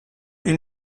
ils